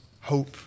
hope